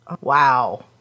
Wow